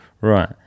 Right